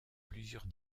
plusieurs